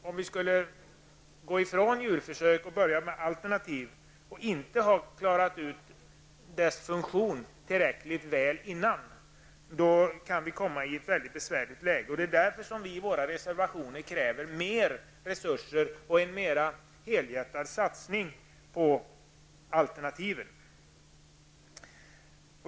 Om vi skulle gå ifrån djurförsöken och börja med alternativ utan att ha klarat ut funktionen tillräckligt väl, skulle vi kunna hamna i ett mycket besvärligt läge. Det är därför som vi i våra reservationer kräver större resurser och en mera helhjärtad satsning på alternativen.